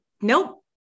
nope